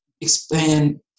expand